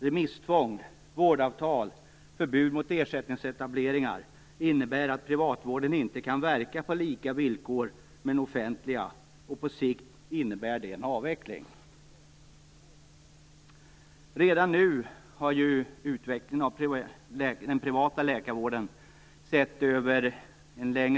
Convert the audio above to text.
Remisstvång, vårdavtal och förbud mot ersättningsetableringar innebär att privatvården inte kan verka på samma villkor som den offentliga vården. På sikt innebär det en avveckling. Redan nu, sett över en längre tid, har ju utvecklingen för privat läkarvård varit starkt negativ.